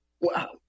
wow